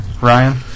Ryan